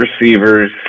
receivers